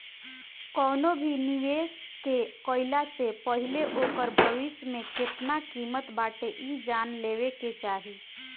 कवनो भी निवेश के कईला से पहिले ओकर भविष्य में केतना किमत बाटे इ जान लेवे के चाही